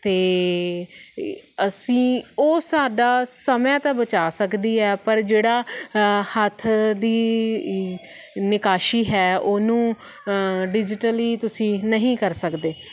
ਅਤੇ ਅਸੀਂ ਉਹ ਸਾਡਾ ਸਮੇਂ ਤਾਂ ਬਚਾ ਸਕਦੀ ਹੈ ਪਰ ਜਿਹੜਾ ਹੱਥ ਦੀ ਨਿਕਾਸੀ ਹੈ ਉਹਨੂੰ ਡਿਜੀਟਲੀ ਤੁਸੀਂ ਨਹੀਂ ਕਰ ਸਕਦੇ